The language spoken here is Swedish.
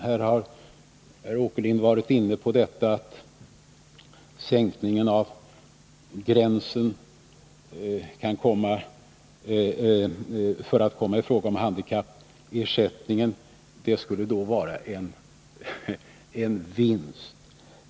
Här har herr Åkerlind sagt att sänkningen av gränsen för att komma i åtnjutande av handikappersättning skulle vara en vinst.